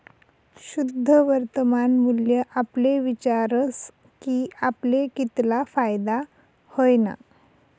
शुद्ध वर्तमान मूल्य आपले विचारस की आपले कितला फायदा व्हयना